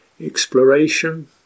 exploration